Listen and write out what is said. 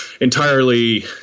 entirely